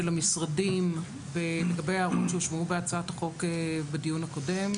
המשרדים לגבי ההערות שהושמעו בהצעת החוק בדיון הקודם.